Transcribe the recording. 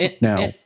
Now